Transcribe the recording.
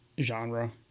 genre